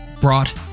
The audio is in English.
brought